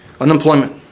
Unemployment